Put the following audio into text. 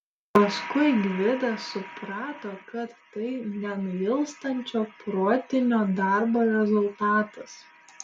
paskui gvidas suprato kad tai nenuilstančio protinio darbo rezultatas